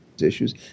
issues